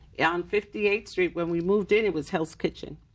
yeah on fifty eighth street when we moved in it was hell's kitchen.